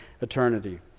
eternity